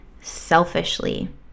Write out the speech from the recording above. selfishly